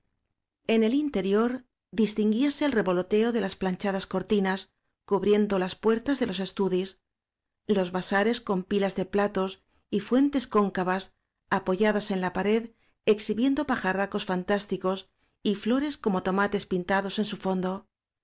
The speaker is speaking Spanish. en el interior distinguíase el revoloteo de las planchadas cortinas cubriendo las puer tas de los estudis los vasares con pilas de platos y fuentes cóncavas apoyadas en la pared exhibiendo pajarracos fantásticos y flores como tomates pintados en su fondo